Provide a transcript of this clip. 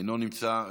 אינו נמצא.